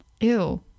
Ew